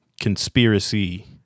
conspiracy